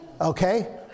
Okay